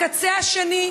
לקצה השני,